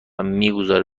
میگذاره